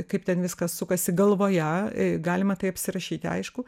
kaip ten viskas sukasi galvoje galima tai apsirašyti aišku